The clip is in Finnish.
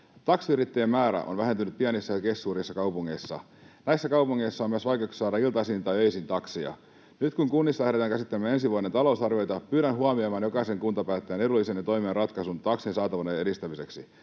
Taksiyrittäjien määrä on vähentynyt pienissä ja keskisuurissa kaupungeissa. Näissä kaupungeissa on myös vaikeuksia saada iltaisin tai öisin taksia. Nyt kun kunnissa lähdetään käsittelemään ensi vuoden talousarvioita, pyydän jokaista kuntapäättäjää huomioimaan edullisen ja toimivan ratkaisun taksin saatavuuden edistämiseksi.